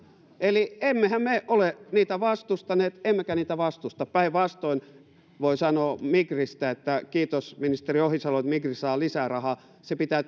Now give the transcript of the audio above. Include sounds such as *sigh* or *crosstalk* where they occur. eli emmehän me ole niitä vastustaneet emmekä niitä vastusta päinvastoin voin sanoa migristä että kiitos ministeri ohisalo että migri saa lisää rahaa se pitää *unintelligible*